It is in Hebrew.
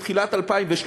תחילת 2013,